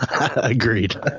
agreed